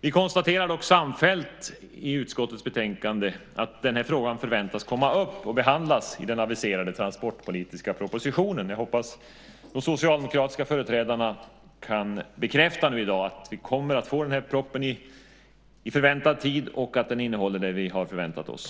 Vi konstaterar dock samfällt i utskottets betänkande att frågan förväntas komma upp och behandlas i den aviserade transportpolitiska propositionen. Jag hoppas att de socialdemokratiska företrädarna i dag kan bekräfta att vi kommer att få propositionen i aviserad tid och att den innehåller det som vi förväntar oss.